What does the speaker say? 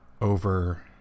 over